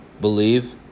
believe